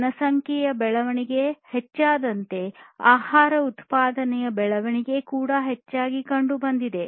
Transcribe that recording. ಜನಸಂಖ್ಯೆಯ ಬೆಳವಣಿಗೆ ಹೆಚ್ಚಾದಂತೆ ಆಹಾರ ಉತ್ಪಾದನೆಯ ಬೆಳವಣಿಗೆ ಹೆಚ್ಚಾಗಿ ಕಂಡುಬಂದಿದೆ